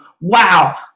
wow